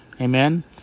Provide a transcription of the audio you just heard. Amen